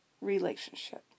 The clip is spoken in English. relationship